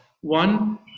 One